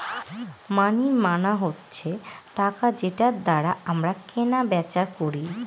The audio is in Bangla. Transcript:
মানি মানে হচ্ছে টাকা যেটার দ্বারা আমরা কেনা বেচা করি